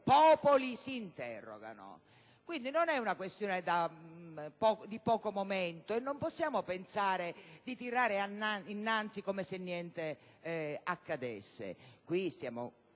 popoli si interrogano. Non è quindi questione di poco momento, e non possiamo pensare di tirare innanzi come se niente accadesse. Stiamo